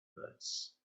words